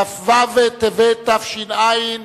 כ"ו בטבת תש"ע,